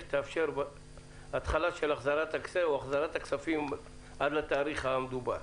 תאפשר התחלה של החזרת הכספים עד לתאריך המדובר.